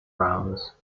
rounds